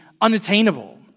unattainable